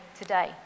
today